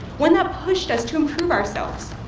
one that pushed us to improve ourselves.